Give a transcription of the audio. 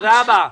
תודה רבה,